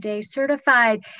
Certified